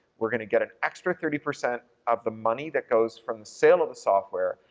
we're gonna get an extra thirty percent of the money that goes from sale of the software,